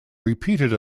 repeated